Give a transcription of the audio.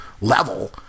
level